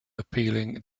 appealing